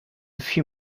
few